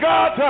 God